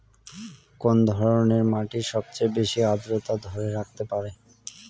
কোন ধরনের মাটি সবচেয়ে বেশি আর্দ্রতা ধরে রাখতে পারে?